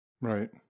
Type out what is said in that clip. Right